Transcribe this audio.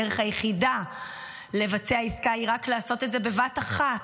הדרך היחידה לבצע עסקה היא רק לעשות את זה בבת אחת,